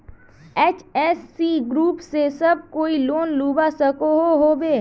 SHG group से सब कोई लोन लुबा सकोहो होबे?